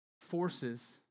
forces